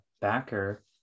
backer